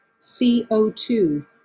CO2